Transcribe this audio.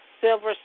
Silver